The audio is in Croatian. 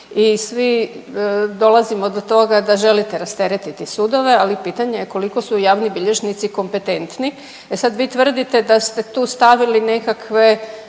i svi dolazimo do toga da želite rasteretiti sudove, ali pitanje je koliko su javni bilježnici kompetentni. E sad vi tvrdite da ste tu stavili nekakve,